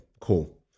cool